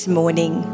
morning